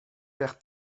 perd